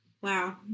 Wow